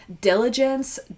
diligence